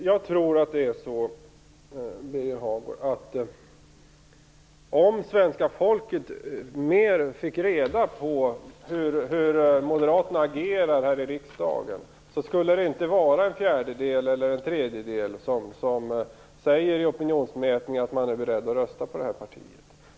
Fru talman! Jag tror att om svenska folket mer fick reda på hur moderaterna agerar i riksdagen skulle det inte vara en tredjedel som i opinionsmätningarna säger sig vara beredd att rösta på det partiet.